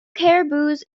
caribous